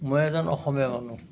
মই এজন অসমীয়া মানুহ